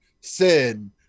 sin